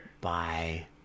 bye